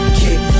kick